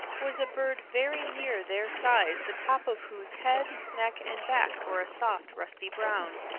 was a bird very near their size the top of whose head, neck and back were a soft rusty-brown.